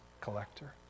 collector